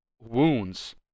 wounds